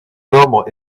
nombre